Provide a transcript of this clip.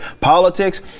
politics